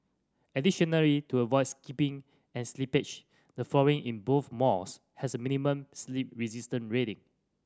additionally to avoid skidding and slippage the flooring in both malls has a minimum slip resistance rating